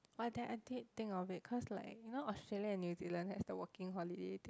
but then I did think of it cause like you know Australia and New Zealand has the working holiday thing